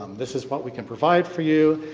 this is what we can provide for you.